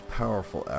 powerful